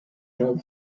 held